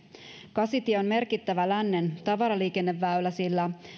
kasitie on merkittävä lännen tavaraliikenneväylä sillä